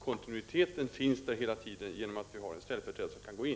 Kontinuiteten finns där hela tiden, genom att det finns en ställföreträdare som kan gå in.